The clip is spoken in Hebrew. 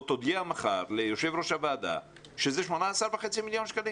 או תודיע מחר ליו"ר הוועדה שזה 18,500,000 ₪.